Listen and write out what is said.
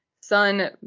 son